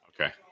Okay